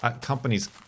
companies